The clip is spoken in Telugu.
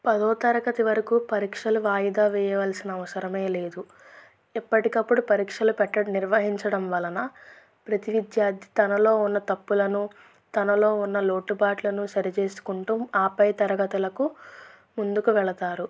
పదో తరగతి వరకు పరీక్షలు వాయిదా వేయవలసిన అవసరమే లేదు ఎప్పటికప్పుడు పరీక్షలు పెట్టడం నిర్వహించడం వలన ప్రతీ విద్యార్థి తనలో ఉన్న తప్పులను తనలో ఉన్న లోటుపాట్లను సరిచేసుకుంటూ ఆపై తరగతులకు ముందుకు వెళతారు